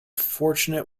fortunate